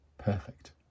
perfect